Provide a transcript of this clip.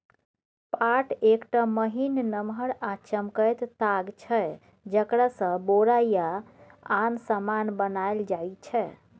पाट एकटा महीन, नमहर आ चमकैत ताग छै जकरासँ बोरा या आन समान बनाएल जाइ छै